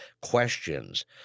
questions